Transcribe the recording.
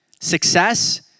success